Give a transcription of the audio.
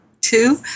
Two